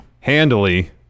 handily